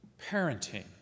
parenting